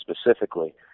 specifically